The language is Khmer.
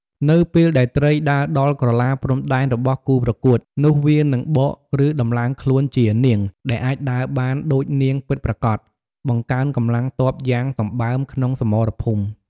នៅពេលដែល ត្រី ដើរដល់ក្រឡាព្រំដែនរបស់គូប្រកួត នោះវានឹង បកឬដំឡើងខ្លួនជា នាង ដែលអាចដើរបានដូចនាងពិតប្រាកដ បង្កើនកម្លាំងទ័ពយ៉ាងសម្បើមក្នុងសមរភូមិ។